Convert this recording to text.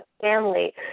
family